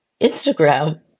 Instagram